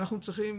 אנחנו צריכים,